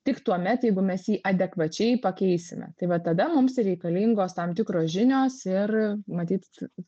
tik tuomet jeigu mes jį adekvačiai pakeisime tai va tada mums ir reikalingos tam tikros žinios ir matyt